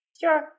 Sure